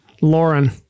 Lauren